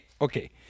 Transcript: okay